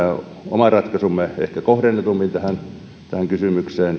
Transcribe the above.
oman ratkaisumme ehkä kohdennetummin tähän kysymykseen